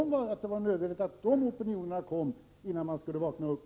Var det nödvändigt med dessa aktioner innan man skulle vakna upp?